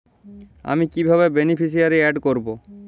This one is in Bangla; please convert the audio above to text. আমি কিভাবে বেনিফিসিয়ারি অ্যাড করব?